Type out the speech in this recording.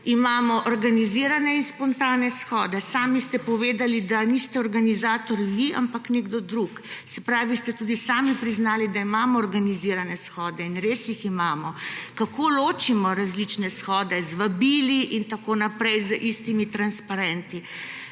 Imamo organizirane in spontane shode. Sami ste povedali, da niste organizator vi, ampak nekdo drug, se pravi ste tudi sami priznali, da imamo organizirane shode, in res jih imamo. Kako ločimo različne shode? Z vabili in tako naprej, z istimi transparenti.